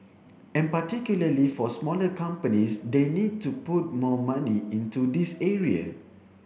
and particularly for smaller companies they need to put more money into this area